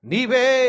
Nive